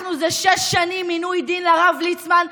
אנחנו זה שש שנים עינוי דין לרב ליצמן,